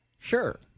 sure